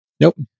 Nope